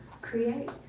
create